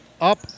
up